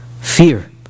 fear